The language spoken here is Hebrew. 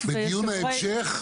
לא רק בנציגי ציבור.